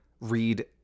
Read